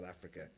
Africa